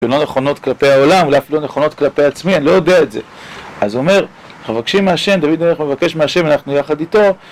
לא נכונות כלפי העולם, ולאף לא נכונות כלפי עצמי, אני לא יודע את זה. אז הוא אומר, מבקשים מהשם, דוד המלך מבקש מהשם, אנחנו יחד איתו.